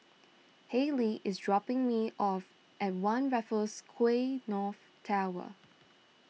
Hadley is dropping me off at one Raffles Quay North Tower